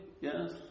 Yes